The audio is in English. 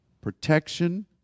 protection